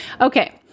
Okay